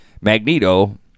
Magneto